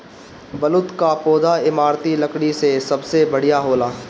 बलूत कअ पौधा इमारती लकड़ी में सबसे बढ़िया होला